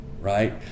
Right